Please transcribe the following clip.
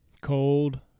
Cold